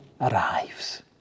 arrives